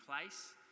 place